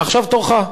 עכשיו תורך.